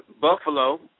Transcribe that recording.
Buffalo